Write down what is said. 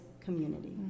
community